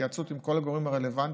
בהתייעצות עם כל הגורמים הרלוונטיים,